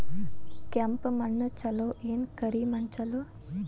ಕೆಂಪ ಮಣ್ಣ ಛಲೋ ಏನ್ ಕರಿ ಮಣ್ಣ ಛಲೋ?